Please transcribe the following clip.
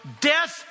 death